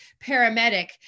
paramedic